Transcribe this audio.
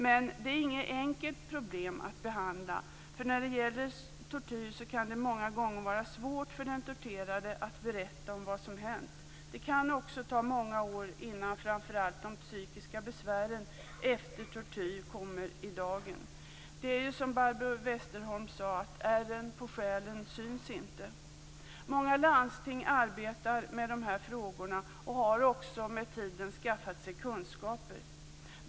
Men det är inget enkelt problem att behandla. När det gäller tortyr kan det många gånger vara svårt för den torterade att berätta om vad som hänt. Det kan också ta många år innan framför allt de psykiska besvären efter tortyr kommer i dagen. Det är som Barbro Westerholm sade. Ärren på själen syns inte. Många landsting arbetar med dessa frågor och har också med tiden skaffat sig kunskaper.